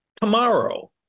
tomorrow